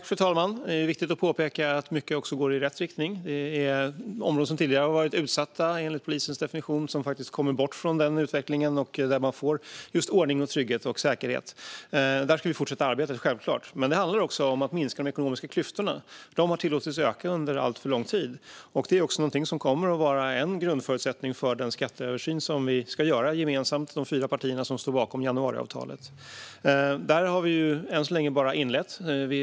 Fru talman! Det är viktigt att påpeka att mycket också går i rätt riktning. Det finns områden som tidigare har varit utsatta, enligt polisens definition, som kommer bort från denna utveckling och där man får just ordning, trygghet och säkerhet. Där ska vi självklart fortsätta arbetet. Men det handlar också om att minska de ekonomiska klyftorna. De har tillåtits att öka under alltför lång tid. Det är också någonting som kommer att vara en grundförutsättning för den skatteöversyn som vi, de fyra partier som står bakom januariavtalet, ska göra gemensamt. Vi har än så länge bara inlett arbetet.